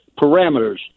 parameters